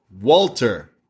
Walter